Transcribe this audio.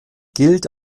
gilt